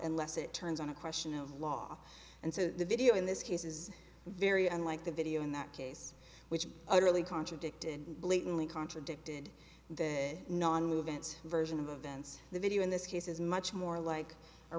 and less it turns on a question of law and so the video in this case is very unlike the video in that case which i really contradicted blatantly contradicted the nonmoving its version of events the video in this case is much more like a